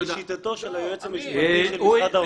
אם לשיטתו של היועץ המשפטי של משרד האוצר